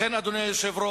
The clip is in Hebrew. לכן, אדוני היושב-ראש,